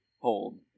hold